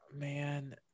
man